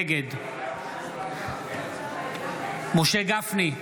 נגד משה גפני,